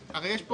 הרי יש פה